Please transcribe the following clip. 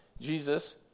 Jesus